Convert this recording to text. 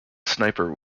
sniper